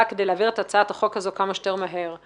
כדי להעביר את הצעת החוק הזו כמה שיותר מהר,